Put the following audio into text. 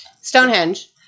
stonehenge